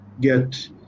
get